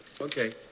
Okay